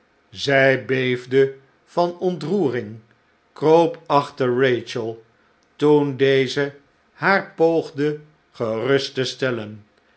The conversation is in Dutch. zij beefde van ontroering kroop achter rachel toen deze haar poogde gerust te stellen